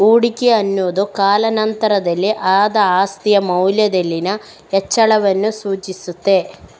ಹೂಡಿಕೆ ಅನ್ನುದು ಕಾಲಾ ನಂತರದಲ್ಲಿ ಆದ ಆಸ್ತಿಯ ಮೌಲ್ಯದಲ್ಲಿನ ಹೆಚ್ಚಳವನ್ನ ಸೂಚಿಸ್ತದೆ